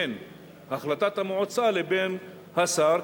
בין החלטת המועצה לבין השר,